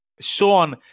Sean